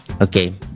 Okay